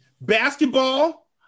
Basketball